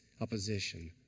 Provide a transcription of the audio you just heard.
opposition